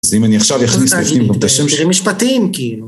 אז אם אני עכשיו יכניס בפנים גם את השם... תראי משפטים, כאילו.